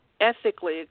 ethically